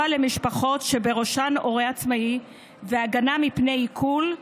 למשפחות שבראשן הורה עצמאי והגנה מפני עיקול,